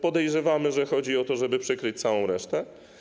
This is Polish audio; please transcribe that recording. Podejrzewamy, że chodzi o to, żeby przykryć całą resztę.